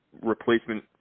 replacement